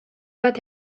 bat